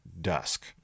dusk